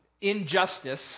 injustice